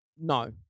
No